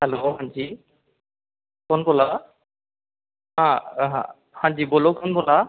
hello हांजी कु'न बोल्ला दा हां हां हांजी बोल्लो कु'न बोल्ला दा